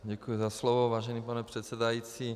Děkuji za slovo, vážený pane předsedající.